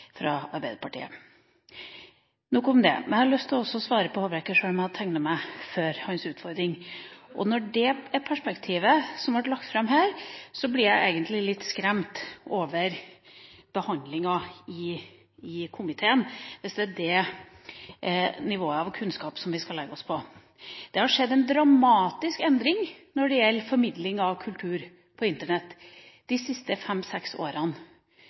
fra Arbeiderpartiet. Nok om det. Jeg har også lyst til å svare Håbrekke, sjøl om jeg hadde tegnet meg før hans utfordring. Når det som ble lagt fram her, er perspektivet, er jeg egentlig litt skremt over behandlinga i komiteen, hvis det er det nivået av kunnskap man skal legge seg på. Det har skjedd en dramatisk endring når det gjelder formidling av kultur på Internett de siste fem–seks årene.